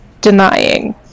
denying